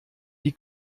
die